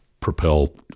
propel